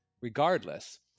regardless